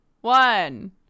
one